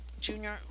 junior